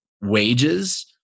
wages